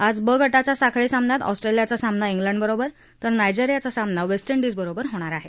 आज ब गटाच्या साखळी सामन्यात ऑस्ट्रेलियाचा सामना ग्लिंडबरोबर तर नायजेरियाचा सामना वेस्ट डिजबरोबर होणार आहे